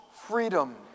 freedom